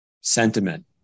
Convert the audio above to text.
sentiment